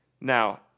Now